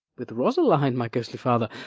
with rosaline, my ghostly father?